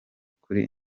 kuri